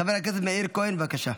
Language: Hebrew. חבר הכנסת מאיר כהן, בבקשה.